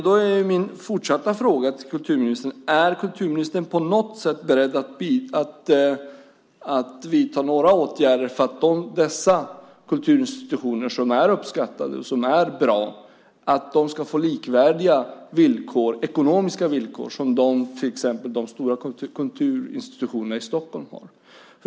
Då är min fortsatta fråga till kulturministern: Är kulturministern på något sätt beredd att vidta några åtgärder för att dessa kulturinstitutioner som är uppskattade och som är bra ska få likvärdiga ekonomiska villkor som till exempel de stora kulturinstitutionerna i Stockholm har?